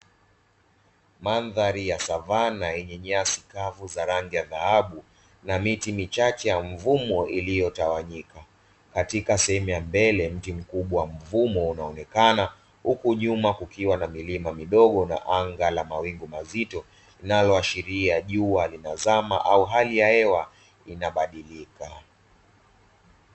Mandhari ya savana yenye nyasi kavu za rangi ya dhahabu, na miti michache ya mvumo iliyo tawanyika katika sehemu ya mbele mti mkubwa mvumo unaonekana, huku nyuma kukiwa na milima midogo na anga lenye mawingu mazito linaloashiria jua linazama au hali ya hewa inabadilika.